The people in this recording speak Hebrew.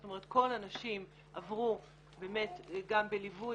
זאת אומרת כל הנשים עברו באמת גם בליווי